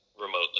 Remotely